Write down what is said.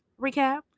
recap